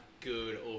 good